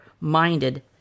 minded